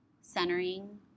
centering